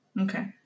okay